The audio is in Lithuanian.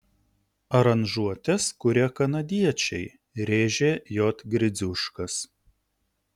aranžuotes kuria kanadiečiai rėžė j gridziuškas